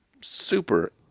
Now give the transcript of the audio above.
super